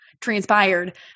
transpired